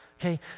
Okay